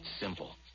simple